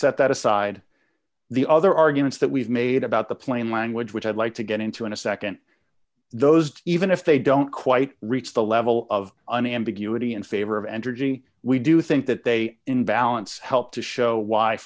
that aside the other arguments that we've made about the plain language which i'd like to get into in a nd those even if they don't quite reach the level of an ambiguity in favor of energy we do think that they in balance helped to show why